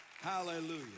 Hallelujah